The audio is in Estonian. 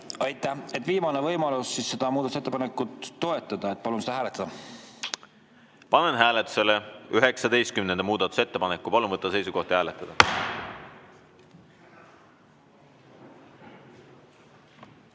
Aitäh! Viimane võimalus seda muudatusettepanekut toetada. Palun seda hääletada. Panen hääletusele 19. muudatusettepaneku. Palun võtta seisukoht ja hääletada!